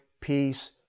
peace